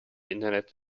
internet